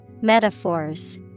Metaphors